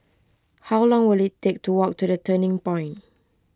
how long will it take to walk to the Turning Point